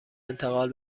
انتقال